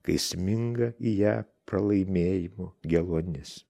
kai sminga į ją pralaimėjimų geluonis